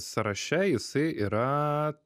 sąraše jisai yra